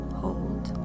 hold